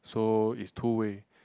so is two way